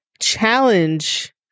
challenge